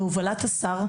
בהובלת השר,